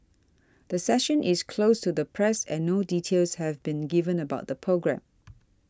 the session is closed to the press and no details have been given about the programme